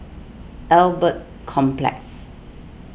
Albert Complex